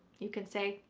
you can say,